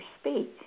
Speak